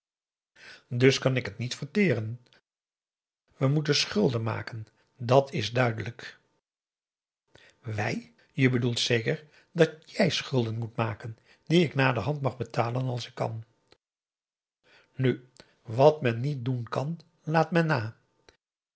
dus kan ik het niet verteren we moeten schulden maken dàt is duidelijk wij je bedoelt zeker dat jij schulden moet maken die ik naderhand mag betalen als ik kan nu wat men niet doen kan laat men na